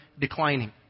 declining